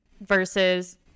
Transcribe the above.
versus